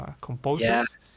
composers